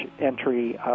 entry